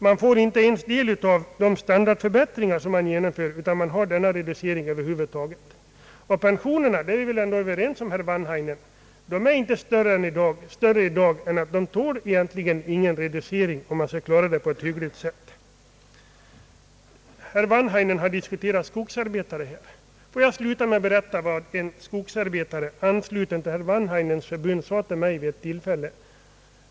Man får inte ens del av de standardförbättringar som genomförs, utan reduceringen består. Och vi är väl ändå överens om, herr Wanhainen, att pensionerna i dag inte är större än att de egentligen inte tål någon reducering, om pensionärerna skall klara sig på ett hyggligt sätt. Herr MWanhainen har = diskuterat skogsarbetare här. Får jag sluta med att berätta vad en skogsarbetare, ansluten till herr Wanhainens förbund, sade till mig vid ett tillfälle.